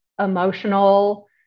emotional